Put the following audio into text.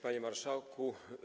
Panie Marszałku!